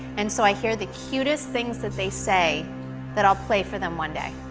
and so i hear the cutest things that they say that i'll play for them one day.